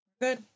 good